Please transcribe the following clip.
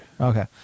Okay